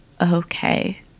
okay